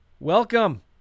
Welcome